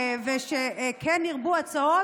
ושכן ירבו הצעות